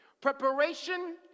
Preparation